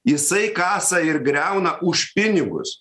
jisai kasa ir griauna už pinigus